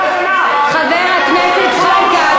חבר הכנסת זחאלקה,